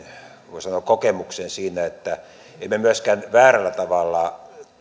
voi sanoa kokemukseen että emme myöskään väärällä tavalla